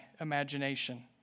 imagination